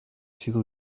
sido